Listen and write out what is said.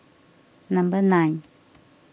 number nine